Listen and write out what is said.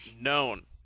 known